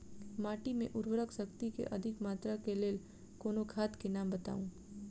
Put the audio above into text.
माटि मे उर्वरक शक्ति केँ अधिक मात्रा केँ लेल कोनो खाद केँ नाम बताऊ?